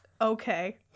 okay